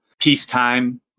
peacetime